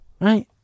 Right